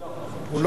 הוא ביטל אותו.